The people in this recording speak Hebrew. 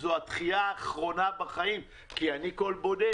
זו הדחייה האחרונה בחיים כי אני קול בודד.